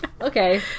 Okay